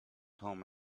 home